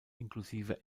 inklusive